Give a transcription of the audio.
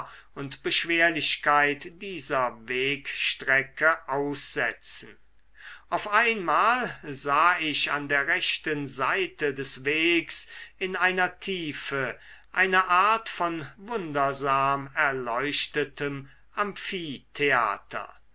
und beschwerlichkeit dieser wegstrecke aussetzen auf einmal sah ich an der rechten seite des wegs in einer tiefe eine art von wundersam erleuchtetem amphitheater